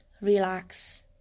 relax